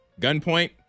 gunpoint